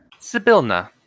Sibilna